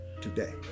today